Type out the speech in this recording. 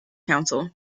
council